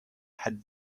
had